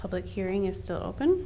public hearing is still open